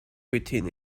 within